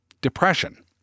depression